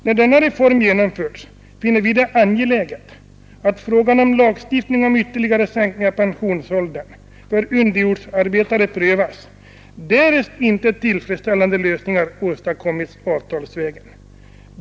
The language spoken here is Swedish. När denna reform genomförts finner vi det angeläget att frågan om lagstiftning om ytterligare sänkning av pensionsåldern för underjordsarbetare prövas, därest inte tillfredställande lösningar åstadkommits avtalsvägen.